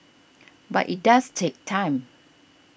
but it does take time